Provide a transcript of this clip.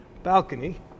balcony